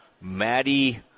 Maddie